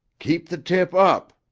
keep the tip up!